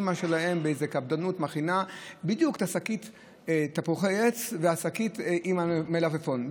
האימא שלהם מכינה בדיוק את שקית תפוחי העץ ושקית המלפפון,